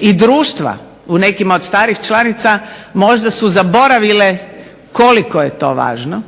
i društva u nekima od starih članica možda su zaboravile koliko je to važno,